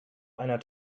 einer